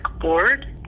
board